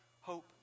hope